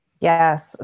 Yes